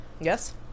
Yes